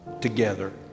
Together